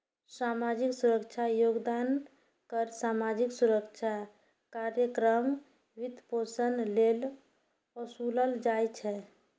सामाजिक सुरक्षा योगदान कर सामाजिक सुरक्षा कार्यक्रमक वित्तपोषण लेल ओसूलल जाइ छै